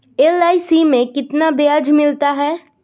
LIC में कितना ब्याज मिलता है?